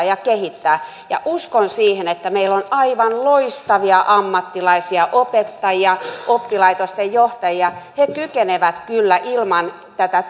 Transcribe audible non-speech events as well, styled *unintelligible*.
*unintelligible* ja ja kehittää sitä oppilaitostaan uskon siihen että meillä on aivan loistavia ammattilaisia opettajia oppilaitosten johtajia he kykenevät kyllä ilman tätä *unintelligible*